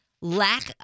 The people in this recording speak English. lack